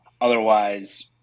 otherwise